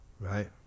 Right